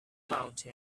mountain